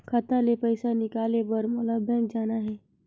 खाता ले पइसा निकाले बर मोला बैंक जाना हे?